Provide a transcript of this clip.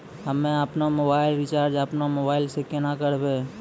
हम्मे आपनौ mobile recharge आपनौ मोबाइल से केना करवै?